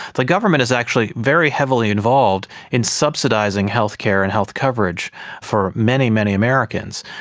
the government is actually very heavily involved in subsidising healthcare and health coverage for many, many americans.